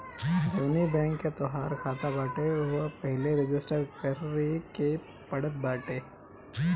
जवनी बैंक कअ तोहार खाता बाटे उहवा पहिले रजिस्टर करे के पड़त बाटे